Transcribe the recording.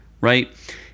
Right